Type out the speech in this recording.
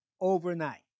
overnight